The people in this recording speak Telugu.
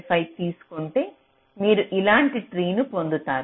75 తీసుకుంటే మీరు ఇలాంటి ట్రీ ను పొందుతారు